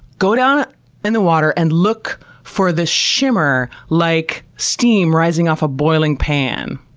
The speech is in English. go down in the water and look for this shimmer, like steam rising off a boiling pan.